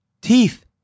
teeth